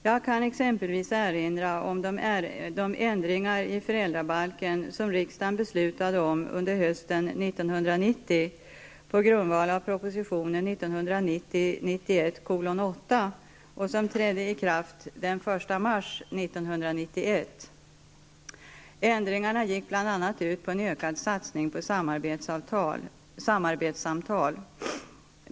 Jag kan exempelvis erinra om de ändringar i föräldrabalken som riksdagen beslutade om under hösten 1990 på grundval av prop. 1990/91:8 och som trädde i kraft den 1 mars 1991. Ändringarna gick bl.a. ut på en ökad satsning på samarbetssamtal.